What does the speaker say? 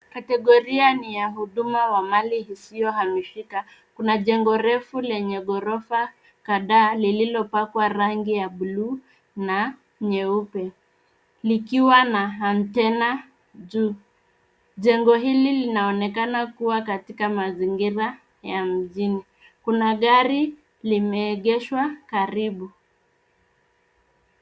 Kategoria ni ya huduma wa mali isiyohamishika. Kuna jengo refu lenye ghorofa kadhaa lililopakwa rangi ya blue na nyeupe likiwa na antena juu. Jengo hili linaonekana kuwa katika mazingira ya mjini. Kuna gari limeegeshwa karibu.